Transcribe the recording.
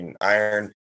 iron